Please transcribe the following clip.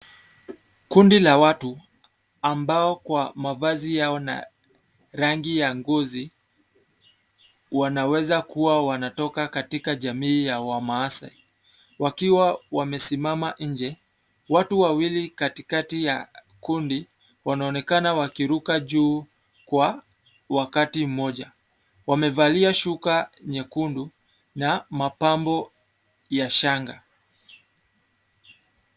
Kundi la watu, ambao kwa mavazi yao na rangi ya ngozi wanaweza kuwa wametoka katika jamii ya wamaasai wakiwa wamesimama nje .Watu wawili katiakati ya kundi wanaonekana wakiruka juu kwa wakati mmoja. Wamevalia shuka nyekundu na mapambo ya shanga.